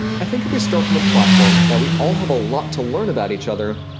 i think if we start from the platform that we all have a lot to learn about each other,